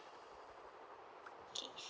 okay